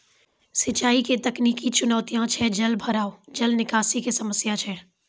सिंचाई के तकनीकी चुनौतियां छै जलभराव, जल निकासी के समस्या छै